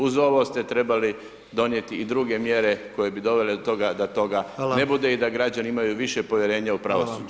Uz ovo ste trebali donijeti i druge mjere koje bi dovele do toga da toga ne bude i da građani imaju više povjerenja u pravosuđe.